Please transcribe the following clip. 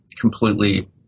completely